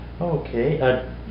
Okay